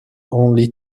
only